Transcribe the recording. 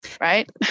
right